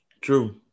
True